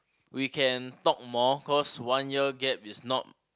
we can talk more cause one year gap is not